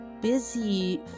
busy